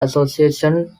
association